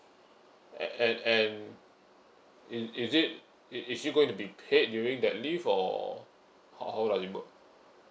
and and and it is it is it going to be paid during that leave or how how does it work